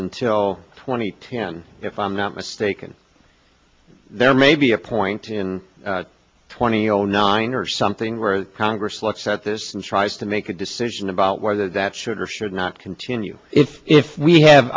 until twenty ten if i'm not mistaken there may be a point in twenty zero nine or something where congress looks at this and tries to make a decision about whether that should or should not continue if we have